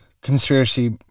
conspiracy